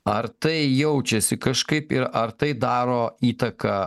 ar tai jaučiasi kažkaip ir ar tai daro įtaką